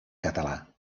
català